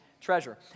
treasure